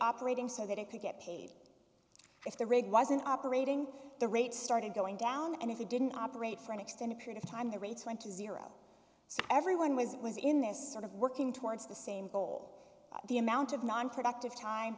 operating so that it could get paid if the rig was an operating the rate started going down and if you didn't operate for an extended period of time the rates went to zero so everyone was it was in this sort of working towards the same goal the amount of nonproductive time